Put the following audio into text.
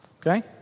Okay